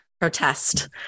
protest